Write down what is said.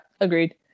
Agreed